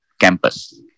campus